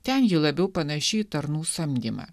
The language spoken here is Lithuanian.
ten ji labiau panaši į tarnų samdymą